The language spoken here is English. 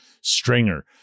stringer